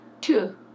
Two